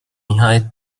nihayet